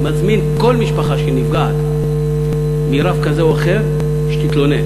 מזמין כל משפחה שנפגעת מרב כזה או אחר שתתלונן.